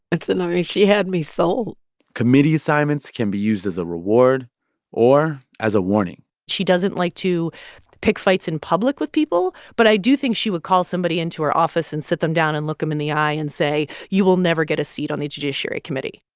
it's i mean, she had me sold committee assignments can be used as a reward or as a warning she doesn't like to pick fights in public with people, but i do think she would call somebody into her office and sit them down and look them in the eye and say, you will never get a seat on the judiciary committee.